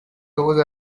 those